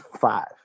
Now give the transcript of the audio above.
five